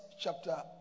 chapter